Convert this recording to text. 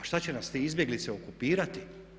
A šta će nas ti izbjeglice okupirati.